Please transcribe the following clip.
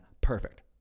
perfect